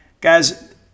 Guys